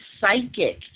psychic